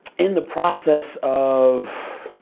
in the process of,